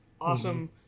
awesome